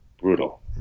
brutal